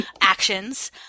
actions